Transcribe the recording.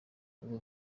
ubu